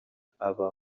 aba